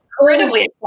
Incredibly